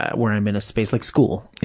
where i'm in a space, like school.